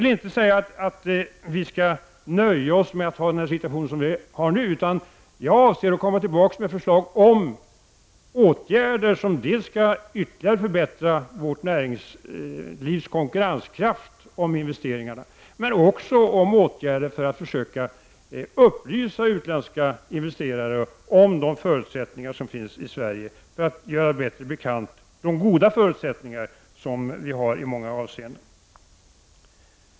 Jag påstår inte att vi skall nöja oss med nuvarande situation, utan jag avser att återkomma med förslag till åtgärder som ytterligare skall förbättra vårt näringslivs konkurrenskraft. Men det handlar också om åtgärder i syfte att försöka upplysa utländska investerare om de i många avseenden goda förutsättningar som finns att göra investeringar i Sverige.